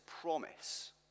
promise